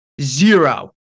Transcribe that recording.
Zero